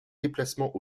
déplacement